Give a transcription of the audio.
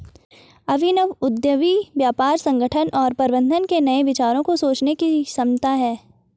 अभिनव उद्यमी व्यापार संगठन और प्रबंधन के नए विचारों को सोचने की क्षमता है